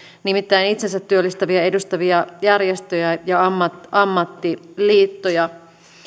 nimittäin itsensätyöllistäjiä edustavia järjestöjä ja ammattiliittoja